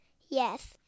Yes